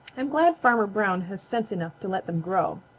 i'm glad farmer brown has sense enough to let them grow.